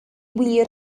wir